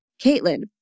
Caitlin